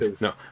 No